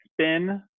spin